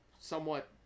somewhat